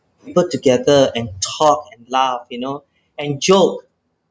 people together and talk and laugh you know and joke